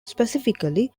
specifically